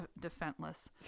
Defenseless